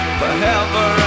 forever